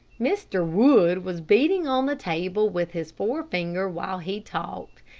mr. wood was beating on the table with his forefinger while he talked,